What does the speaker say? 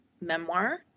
memoir